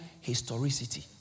historicity